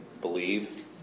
believe